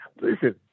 listen